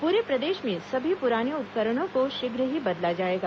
पूरे प्रदेश में सभी पुराने उपकरणों को शीघ्र ही बदला जाएगा